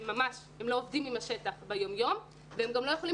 והם לא עובדים עם השטח ביום יום והם גם לא יכולים